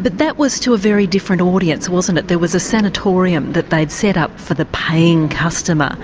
but that was to a very different audience wasn't it, there was a sanatorium that they'd set up for the paying customer.